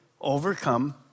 overcome